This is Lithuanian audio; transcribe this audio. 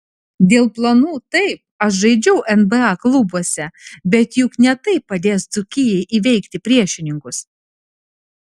dėl planų taip aš žaidžiau nba klubuose bet juk ne tai padės dzūkijai įveikti priešininkus